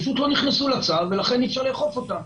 שפשוט לא נכנסו לצו ולכן אי-אפשר לאכוף אותם.